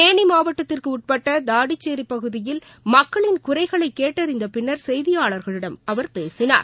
தேனிமாவட்டத்திற்குஉட்பட்டதாடிச்சேரிபகுதியில் மக்களின் குறைகளைகேட்டறிந்தபின்னா் செய்தியாளா்களிடம் அவர் பேசினார்